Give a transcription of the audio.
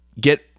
get